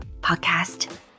podcast